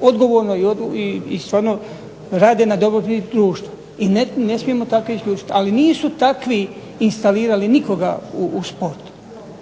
odgovorno i rade na dobrobit društva i ne smijemo takve isključiti. Ali nisu takvi instalirali nikoga u sport.